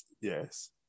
Yes